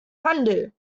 handel